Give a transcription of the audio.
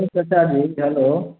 प्रणाम चचाजी हेलो